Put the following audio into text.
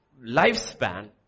lifespan